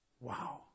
Wow